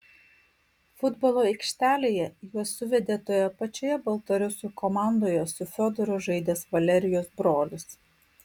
futbolo aikštelėje juos suvedė toje pačioje baltarusių komandoje su fiodoru žaidęs valerijos brolis